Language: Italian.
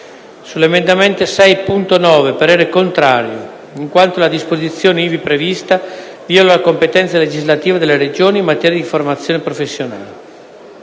sull’emendamento 6.9 parere contrario, in quanto la disposizione ivi prevista viola la competenza legislativa delle Regioni in materia di formazione professionale;